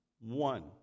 One